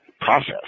process